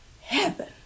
heaven